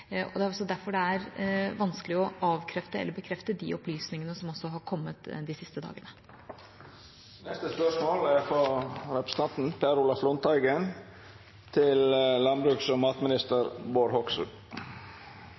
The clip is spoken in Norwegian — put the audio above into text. Og det er også derfor det er vanskelig å avkrefte eller bekrefte de opplysningene som har kommet de siste dagene. «Årets tørke fører til at sjølforsyningsgraden av jordbruksmat anslås å bli mellom 30 og